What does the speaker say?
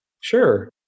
Sure